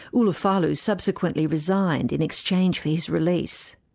ulufa'alu subsequently resigned in exchange for his release.